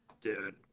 Dude